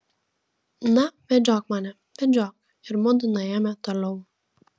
na vedžiok mane vedžiok ir mudu nuėjome toliau